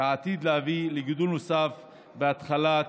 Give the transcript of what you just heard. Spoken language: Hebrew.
שעתיד להביא לגידול נוסף בהתחלות